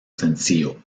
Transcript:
sencillo